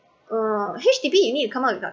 uh H_D_B you need to come up with the